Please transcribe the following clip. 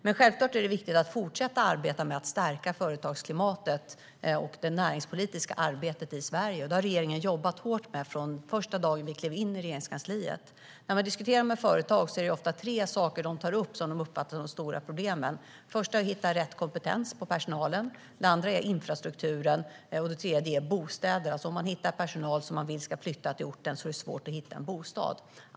Men självklart är det viktigt att fortsätta arbeta med att stärka företagsklimatet och det näringspolitiska arbetet i Sverige. Det har regeringen jobbat hårt med sedan första dagen då vi klev in i Regeringskansliet. När man diskuterar med företag är det ofta tre saker de tar upp som de uppfattar som stora problem. Det första är att hitta personal med rätt kompetens, det andra är infrastrukturen och det tredje är bostäder, alltså att om man hittar personal som man vill ska flytta till orten är det svårt att hitta en bostad.